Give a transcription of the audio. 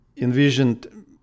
envisioned